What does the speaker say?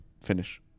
finish